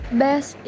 best